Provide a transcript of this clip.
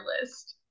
list